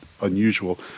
unusual